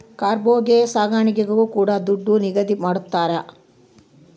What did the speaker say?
cargo ಸಾಗಣೆಗೂ ಕೂಡ ದುಡ್ಡು ನಿಗದಿ ಮಾಡ್ತರ